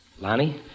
Lonnie